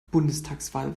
bundestagswahl